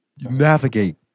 navigate